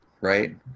right